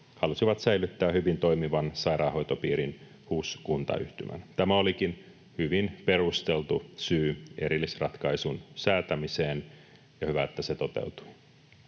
halusivat säilyttää hyvin toimivan sairaanhoitopiirin, HUS-kuntayhtymän. Tämä olikin hyvin perusteltu syy erillisratkaisun säätämiseen, ja on hyvä, että se toteutuu.